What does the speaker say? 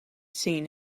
seen